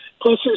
Plus